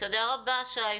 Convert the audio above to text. תודה רבה, שי.